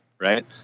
right